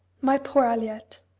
my poor aliette!